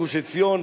גוש-עציון,